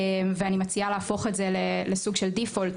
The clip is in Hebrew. ואני מציעה להפוך את זה לסוג של דיפולט.